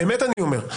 באמת אני אומר.